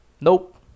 Nope